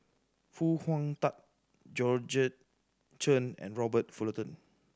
Foo Hong Tatt Georgette Chen and Robert Fullerton